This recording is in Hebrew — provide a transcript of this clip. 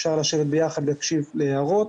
אפשר לשבת ביחד ולהקשיב להערות,